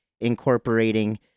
incorporating